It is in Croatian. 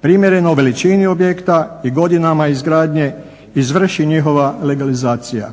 primjereno veličini objekta i godinama izgradnje izvrši njihova legalizacija.